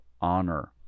honor